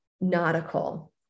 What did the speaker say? nautical